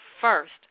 first